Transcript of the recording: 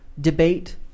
debate